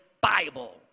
Bible